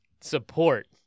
support